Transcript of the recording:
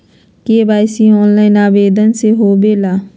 KYC online आवेदन से होवे ला?